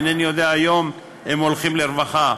אינני יודע אם היום הם הולכים לרווחה,